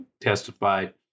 testified